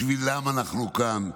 בשבילם אנחנו כאן,